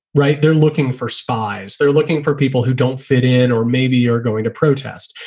right? they're looking for spies. they're looking for people who don't fit in or maybe are going to protest.